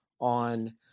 on